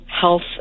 health